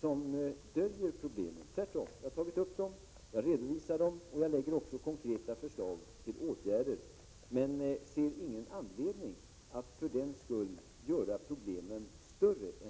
som döljer problemen, tvärtom har jag tagit upp dem, jag redovisar dem och lägger också fram konkreta förslag till åtgärder. Däremot ser jag ingen anledning att göra problemen större än vad de är.